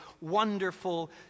wonderful